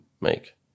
make